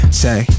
say